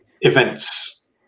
events